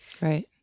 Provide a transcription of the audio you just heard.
Right